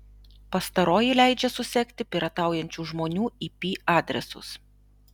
pastaroji leidžia susekti pirataujančių žmonių ip adresus